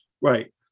Right